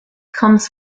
comes